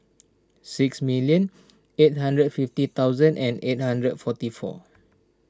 six million eight hundred fifty thousand and eight hundred forty four